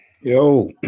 Yo